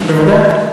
בוודאי.